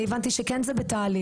אני הבנתי שזה כן בתהליך.